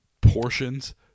Portions